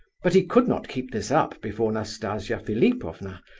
but he could not keep this up before nastasia philipovna,